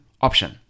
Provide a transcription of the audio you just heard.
option